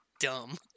Dumb